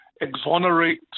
exonerate